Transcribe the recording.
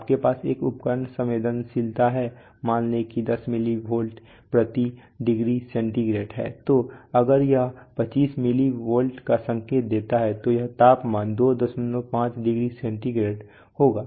आपके पास एक उपकरण संवेदनशीलता है मान लें कि 10 मिली वोल्ट प्रति डिग्री सेंटीग्रेड है तो अगर यह 25 मिली वोल्ट का संकेत देता है तो यह तापमान 25 डिग्री सेंटीग्रेड होगा